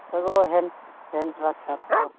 ᱚᱠᱚᱭᱫᱚ hand hand tractor ᱠᱚ